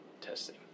testing